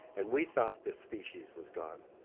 and we thought this species was gone.